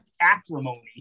acrimony